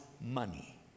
money